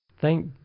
thank